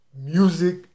music